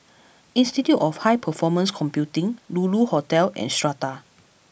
Institute of High Performance Computing Lulu Hotel and Strata